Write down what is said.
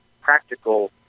practical